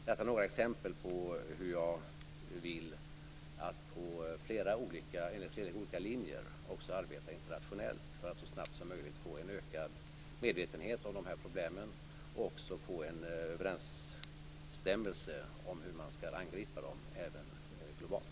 Detta är några exempel på hur jag enligt flera olika linjer arbeta internationellt för att så snabbt som möjligt få en ökad medvetenhet om dessa problem och också få en överensstämmelse om hur man skall angripa dem även globalt.